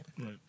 Right